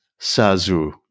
Sazu